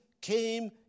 came